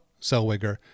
Selwiger